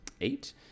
Eight